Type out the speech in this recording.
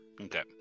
Okay